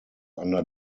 under